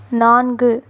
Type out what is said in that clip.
நான்கு